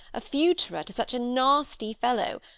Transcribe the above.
a fewterer to such a nasty fellow,